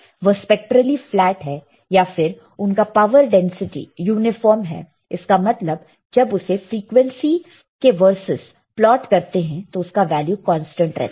वह spectrally flat है या फिर उनका पावर डेंसिटी यूनिफार्म है इसका मतलब जब उसे फ्रीक्वेंसी के वर्सेस प्लॉट करते हैं तो उसका वैल्यू कांस्टेंट रहता है